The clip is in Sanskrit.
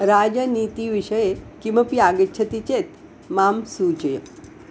राजनीतिविषये किमपि आगच्छति चेत् मां सूचय